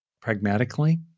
pragmatically